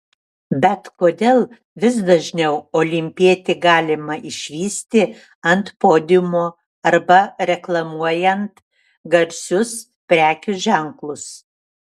bet kodėl vis dažniau olimpietį galima išvysti ant podiumo arba reklamuojant garsius prekių ženklus